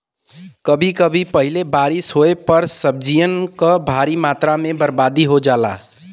कभी कभी पहिले बारिस होये पर सब्जियन क भारी मात्रा में बरबादी हो जाला